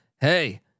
hey